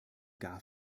gar